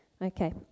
Okay